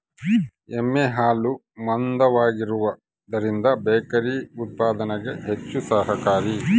ಎಮ್ಮೆ ಹಾಲು ಮಂದವಾಗಿರುವದರಿಂದ ಬೇಕರಿ ಉತ್ಪಾದನೆಗೆ ಹೆಚ್ಚು ಸಹಕಾರಿ